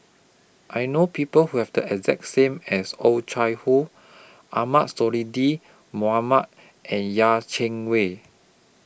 I know People Who Have The exact same as Oh Chai Hoo Ahmad Sonhadji Mohamad and Yeh Chi Wei